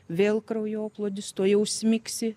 vėl kraujoplūdis tuojau smigsi